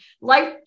life